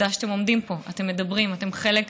עובדה שאתם עומדים פה, אתם מדברים, אתם חלק,